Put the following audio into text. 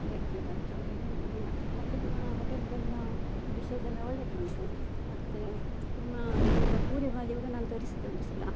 ಬೇಗ ಬೇಗ ಅಂತ ಹೇಳಿ ಇದು ಮಾಡ್ತಾರೆ ಮತ್ತೆ ನಿಮ್ಮ ಹೋಟೆಲ್ದೆಲ್ಲ ಡಿಶಸೆಲ್ಲ ಒಳ್ಳೇದುಂಟು ಮತ್ತೆ ನಿಮಗಿಂತ ಪೂರಿ ಬಾಜಿ ಕೂಡ ನಾನು ತರಿಸಿದೆ ಒಂದು ಸಲ